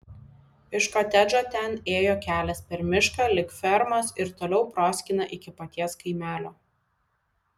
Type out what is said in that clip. iš kotedžo ten ėjo kelias per mišką lig fermos ir toliau proskyna iki paties kaimelio